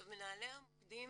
מנהלי המוקדים,